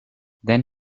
then